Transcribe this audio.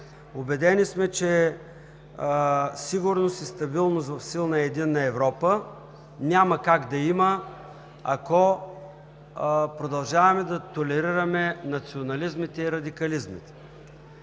Убедени сме, че сигурност и стабилност в силна и единна Европа няма как да има, ако продължаваме да толерираме национализмите и радикализмите.